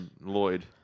Lloyd